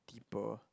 deeper